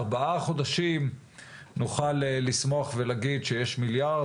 ארבעה חודשים נוכל לשמוח ולומר שיש מיליארד,